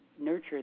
nurture